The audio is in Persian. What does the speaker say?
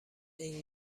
این